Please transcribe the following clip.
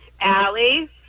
Allie